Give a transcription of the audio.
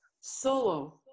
solo